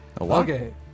Okay